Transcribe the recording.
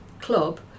club